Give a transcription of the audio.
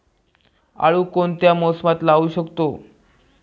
आळू कोणत्या मोसमात लावू शकतो?